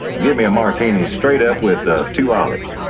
give me a martini, straight-up, with ah two olives.